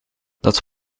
dat